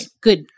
good